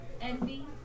envy